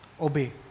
Obey